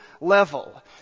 level